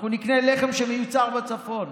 אנחנו נקנה לחם שמיוצר בצפון,